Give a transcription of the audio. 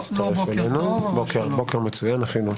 לא בוקר טוב, אבל שלום.